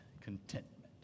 Contentment